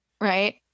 Right